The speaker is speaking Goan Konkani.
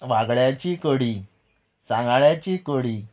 बांगड्याची कडी सांगाळ्याची कडी